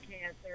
cancer